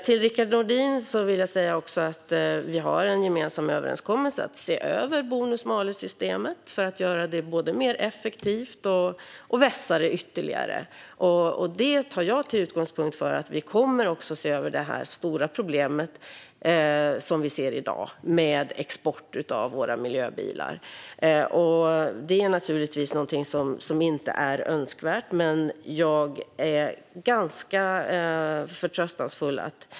Till Rickard Nordin vill jag också säga att vi har en gemensam överenskommelse om att se över bonus-malus-systemet för att göra det effektivare och vässa det ytterligare. Det tar jag som utgångspunkt för att vi också kommer att se över det stora problem som vi i dag har med export av våra miljöbilar. Det är naturligtvis någonting som inte är önskvärt, men jag är ganska förtröstansfull.